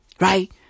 Right